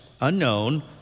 unknown